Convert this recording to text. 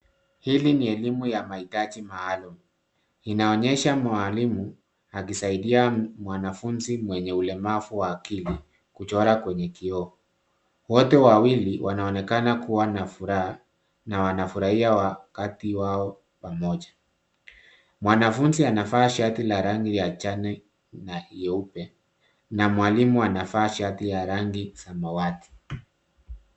Hili ni elimu ya mahitaji maalum. Inaonyesha mwalimu akisaidia mwanafunzi mwenye ulemavu wa akili kuchora kwenye kioo. Wote wawili wanaonekana kuwa na furaha, na wanafurahia wakati wao pamoja. Mwanafunzi anafaa sharti la rangi ya chani na yeupe na mwalimu anafaa shati ya rangi samawati.